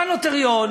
בא נוטריון